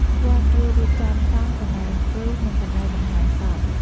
វត្តជួយរៀបចំតង់ កន្លែងអង្គុយ និងកន្លែងបង្ហាញសព។